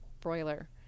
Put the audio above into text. broiler